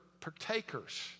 partakers